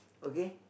okay